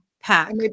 pack